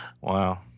Wow